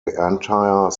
entire